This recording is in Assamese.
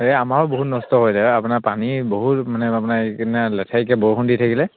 এই আমাৰো বহুত নষ্ট হৈ দে আপোনাৰ পানী বহুত মানে আপোনাৰ এই কেইদিনে লেঠেৰিকে বৰষুণ দি থাকিলে